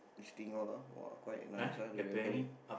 this thing all ah !wah! quite a nice ah they reopen it